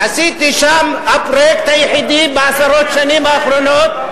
עשיתי שם הפרויקט היחידי בעשרות השנים האחרונות.